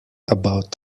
about